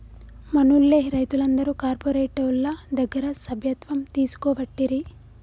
మనూళ్లె రైతులందరు కార్పోరేటోళ్ల దగ్గర సభ్యత్వం తీసుకోవట్టిరి